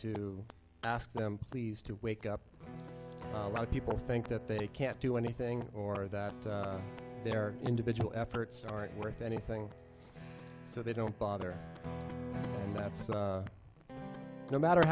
to ask them please to wake up a lot of people think that they can't do anything or that their individual efforts aren't worth anything so they don't bother and that's it no matter